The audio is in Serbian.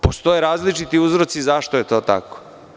Postoje različiti uzroci zašto je to tako.